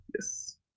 Yes